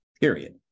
period